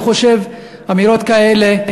אני חושב שאמירות כאלה,